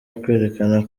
ukwerekana